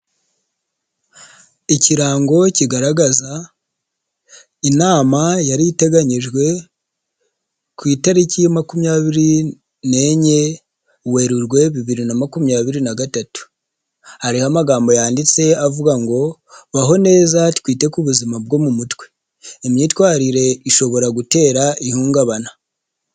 Ikirango kigaragaza, inama yari iteganyijwe ku itariki ya makumyabiri n'enye, Werurwe, bibiri na makumyabiri na gatatu, hari amagambo yanditse avuga ngo baho neza twite ku buzima bwo mu mutwe, imyitwarire ishobora gutera ihungabana.